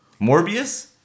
Morbius